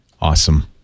Awesome